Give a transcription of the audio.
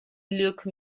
luke